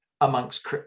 amongst